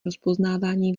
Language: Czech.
rozpoznávání